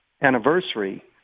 anniversary